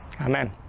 Amen